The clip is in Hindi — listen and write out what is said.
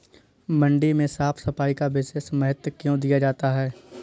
मंडी में साफ सफाई का विशेष महत्व क्यो दिया जाता है?